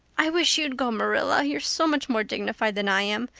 i wish you'd go, marilla. you're so much more dignified than i am.